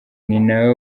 ninawe